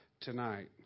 Tonight